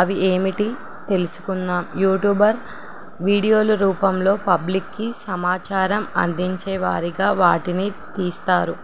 అవి ఏమిటి తెలుసుకున్నాం యూట్యూబర్ వీడియోల రూపంలో పబ్లిక్కి సమాచారం అందించే వారిగా వాటిని తీస్తారు